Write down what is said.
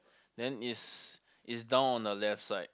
then is is down on a left side